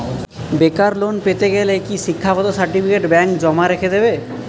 বেকার লোন পেতে গেলে কি শিক্ষাগত সার্টিফিকেট ব্যাঙ্ক জমা রেখে দেবে?